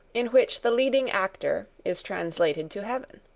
in which the leading actor is translated to heaven.